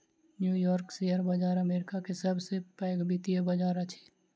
new York share बाजार America के सब से पैघ वित्तीय बाजार अछि